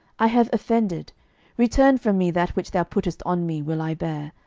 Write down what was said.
i have offended return from me that which thou puttest on me will i bear.